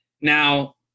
Now